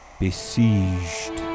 besieged